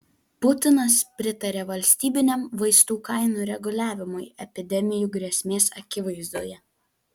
putinas pritarė valstybiniam vaistų kainų reguliavimui epidemijų grėsmės akivaizdoje